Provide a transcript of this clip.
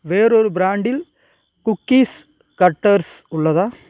வேறொரு பிராண்டில் cookies cutters உள்ளதா